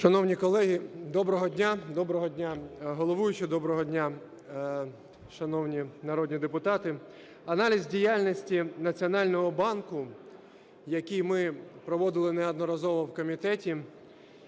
Шановні колеги, доброго дня! Доброго дня, головуючий, доброго дня, шановні народні депутати! Аналіз діяльності Національного банку, який ми проводили неодноразово в комітеті,